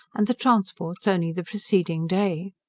and the transports only the preceding day.